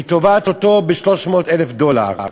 היא תובעת אותו ב-300,000 דולר.